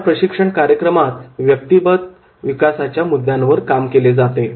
या प्रशिक्षण कार्यक्रमात व्यक्तिगत विकासाच्या मुद्द्यांवर काम केले जाते